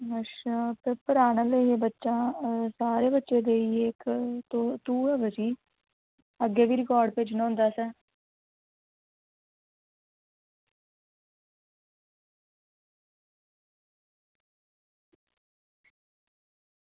अच्छा पेपर आने आह्ले हे बच्चे दे सारे बच्चे देई गे इक तूं तूं गै बची अग्गें बी रकार्ड भेजना होंदा असें